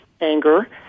anger